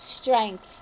strength